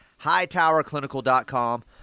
Hightowerclinical.com